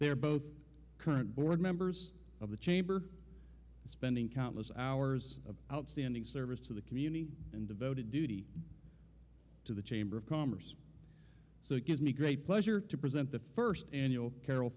there both current board members of the chamber spending countless hours of outstanding service to the community and devoted duty to the chamber of commerce so it gives me great pleasure to present the first annual carol